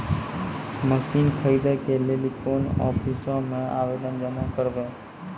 Machine खरीदै के लेली कोन आफिसों मे आवेदन जमा करवै?